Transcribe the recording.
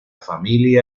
familia